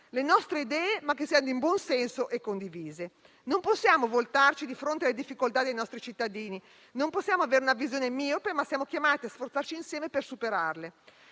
le nostre idee, ma che siano di buon senso e condivise. Non possiamo voltarci di fronte alle difficoltà dei nostri cittadini, non possiamo avere una visione miope, ma siamo chiamati a sforzarci insieme per superarle.